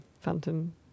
Phantom